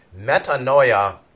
Metanoia